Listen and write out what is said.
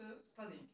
studying